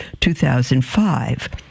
2005